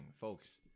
Folks